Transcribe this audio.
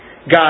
God